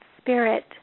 spirit